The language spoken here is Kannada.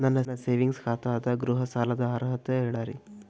ನನ್ನ ಸೇವಿಂಗ್ಸ್ ಖಾತಾ ಅದ, ಗೃಹ ಸಾಲದ ಅರ್ಹತಿ ಹೇಳರಿ?